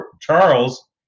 Charles